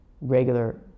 regular